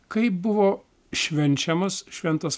kaip buvo švenčiamos šventos